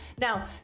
Now